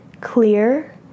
Clear